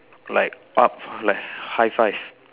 like up like high five